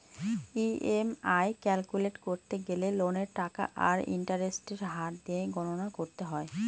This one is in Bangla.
ই.এম.আই ক্যালকুলেট করতে গেলে লোনের টাকা আর ইন্টারেস্টের হার দিয়ে গণনা করতে হয়